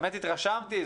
ובאמת התרשמתי.